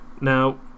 Now